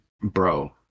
Bro